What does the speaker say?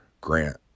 Grant